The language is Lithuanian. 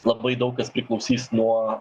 labai daug kas priklausys nuo